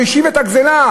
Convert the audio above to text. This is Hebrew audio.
"והשיב את הגזלה",